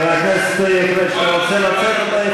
חבר הכנסת פריג', אתה רוצה לצאת?